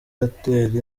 hotel